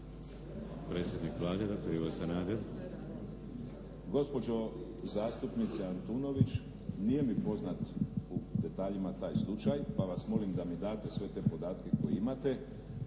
Gospođo zastupnice Antunović, nije mi poznat u detaljima taj slučaj, pa vas molim da mi date sve te podatke koje imate.